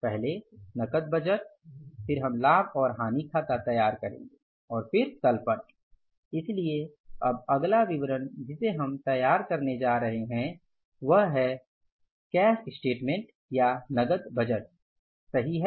पहले नकद बजट फिर हम लाभ और हानि खाता तैयार करेंगे और फिर तल पट इसलिए अब अगला विवरण जिसे हम तैयार करने जा रहे हैं वह है कैश स्टेटमेंट या नकद बजट सही है